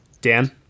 Dan